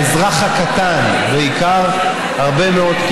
לאזרח הקטן בעיקר, הרבה מאוד.